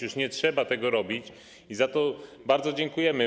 Już nie trzeba tego robić i za to bardzo dziękujemy.